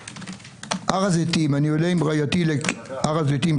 בהר הזיתים, אני עולה עם רעייתי להר הזיתים.